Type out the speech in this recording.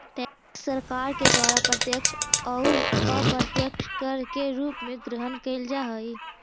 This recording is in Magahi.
टैक्स सरकार के द्वारा प्रत्यक्ष अउ अप्रत्यक्ष कर के रूप में ग्रहण कैल जा हई